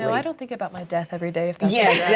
i don't think about my death everyday if yeah